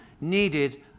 needed